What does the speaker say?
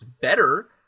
better